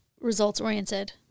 results-oriented